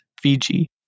Fiji